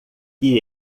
que